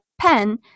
pen